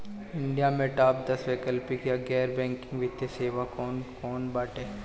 India में top दस वैकल्पिक या गैर बैंकिंग वित्तीय सेवाएं कौन कोन बाटे?